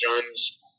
John's